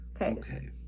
Okay